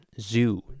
zoo